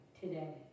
today